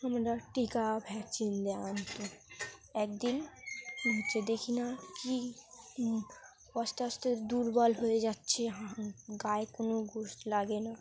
আমরা টিকা ভ্যাকসিন দেওয়া হতো একদিন হচ্ছে দেখি না আস্তে আস্তে দুর্বল হয়ে যাচ্ছে গায়ে কোনো গোস্ত লাগে না